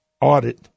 audit